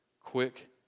quick